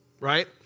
right